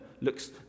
looks